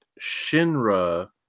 Shinra